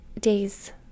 days